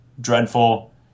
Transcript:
dreadful